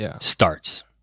starts